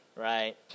Right